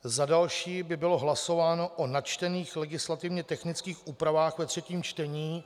Za další by bylo hlasováno o načtených legislativně technických úpravách ve třetím čtení.